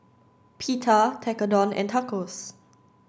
Pita Tekkadon and Tacos